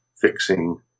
fixing